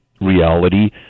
reality